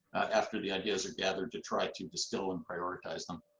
after the ideas are gathered, to try to distill and prioritize them.